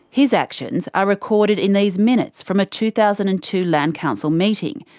his actions are recorded in these minutes from a two thousand and two land council meeting,